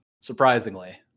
surprisingly